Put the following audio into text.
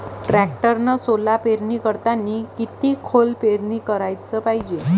टॅक्टरनं सोला पेरनी करतांनी किती खोल पेरनी कराच पायजे?